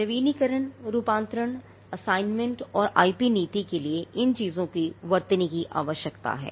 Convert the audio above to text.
नवीनीकरण रूपांतरण असाइनमेंट और आईपी नीति के लिए इन चीजों को वर्तनी की आवश्यकता है